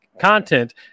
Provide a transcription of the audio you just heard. content